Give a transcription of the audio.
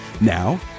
Now